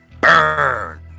burn